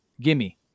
gimme